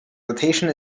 rotation